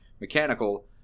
Mechanical